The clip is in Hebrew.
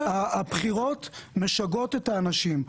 הבחירות משגעות את האנשים.